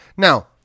Now